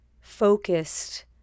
focused